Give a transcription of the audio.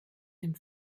dem